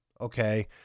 Okay